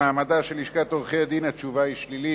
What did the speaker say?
למעמדה של לשכת עורכי-הדין, התשובה היא שלילית.